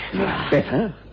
Better